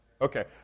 Okay